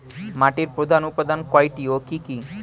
মাটির প্রধান উপাদান কয়টি ও কি কি?